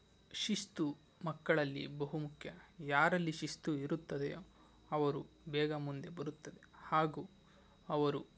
ಶಿಸ್ತು ಮಕ್ಕಳಲ್ಲಿ ಬಹು ಮುಖ್ಯ ಯಾರಲ್ಲಿ ಶಿಸ್ತು ಇರುತ್ತದೆಯೋ ಅವರು ಬೇಗ ಮುಂದೆ ಬರುತ್ತದೆ ಹಾಗೂ ಅವರು